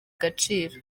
agaciro